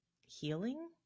healing